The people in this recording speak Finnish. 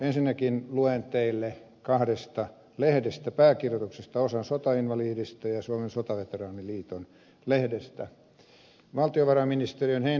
ensinnäkin luen teille kahdesta lehdestä pääkirjoituksesta osan sotainvalidistä ja suomen sotaveteraaniliiton lehdestä